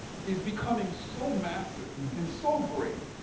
is becoming so massive, and so great